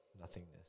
nothingness